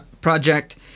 project